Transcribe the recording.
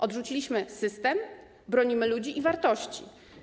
Odrzuciliśmy system, bronimy ludzi i wartości.